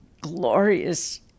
glorious